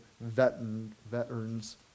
veterans